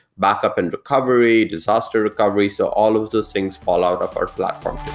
backup and recovery, disaster recovery, so all of those things fall out of our platform.